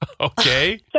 okay